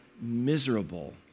miserable